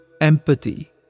empathy